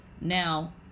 now